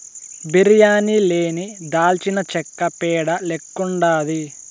బిర్యానీ లేని దాల్చినచెక్క పేడ లెక్కుండాది